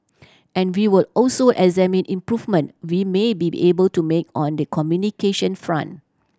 and we will also examine improvement we may be able to make on the communication front